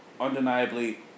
undeniably